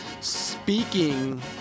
Speaking